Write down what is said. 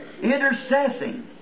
intercessing